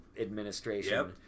administration